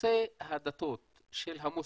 נושא הדתות של המוסלמים,